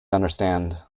understand